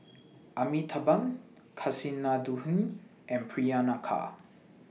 Amitabh Kasinadhuni and Priyanka